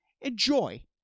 Enjoy